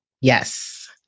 Yes